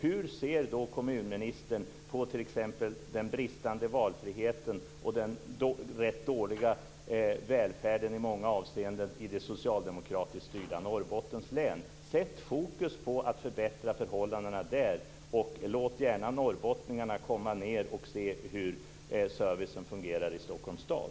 Hur ser då kommunministern på t.ex. den bristande valfriheten och den i många avseenden rätt dåliga välfärden i det socialdemokratiskt styrda Norrbottens län? Sätt fokus på att förbättra förhållandena där! Låt gärna norrbottningarna komma ned och se hur servicen fungerar i Stockholms stad!